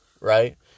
right